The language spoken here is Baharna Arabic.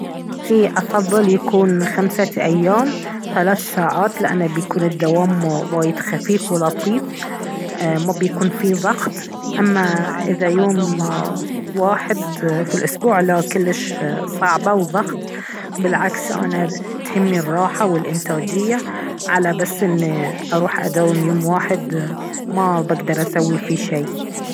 ايه افضل يكون خمسة ايام ثلاث ساعات لانه بيكون الدوام وايد خفيف ولطيف ايه ما بيكون فيه ضغط اما اذا يوم واحد في الاسبوع لا كلش صعبة وضغط بالعكس انا تهمني الراحة والانتاجية على بس ان اروح اداوم يوم واحد ما بقدر اسوي فيه شي